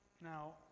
Now